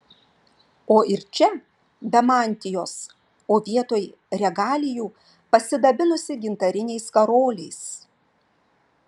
o ir čia be mantijos o vietoj regalijų pasidabinusi gintariniais karoliais